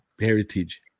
heritage